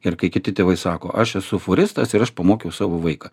ir kai kiti tėvai sako aš esu fūristas ir aš pamokiau savo vaiką